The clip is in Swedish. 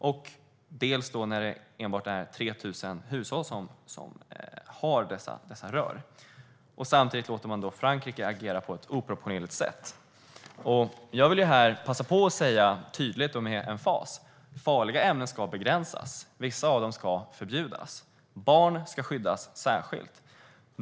Det är dessutom enbart 3 000 hushåll som har dessa rör. Och samtidigt låter man Frankrike agera på ett oproportionerligt sätt. Jag vill passa att säga, tydligt och med emfas, att farliga ämnen ska begränsas. Vissa av dem ska förbjudas. Barn ska skyddas särskilt.